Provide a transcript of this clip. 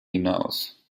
hinaus